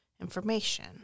information